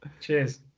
Cheers